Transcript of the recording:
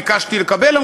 ביקשתי לקבל,